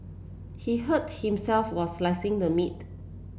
he hurt himself while slicing the meat